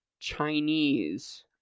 Chinese